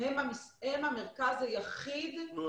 הם המרכז היחיד ש --- נו,